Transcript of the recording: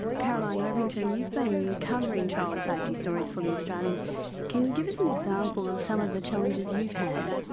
caroline ovington, you've been covering child safety stories for the australian can you give us an example of some of the challenges you've had?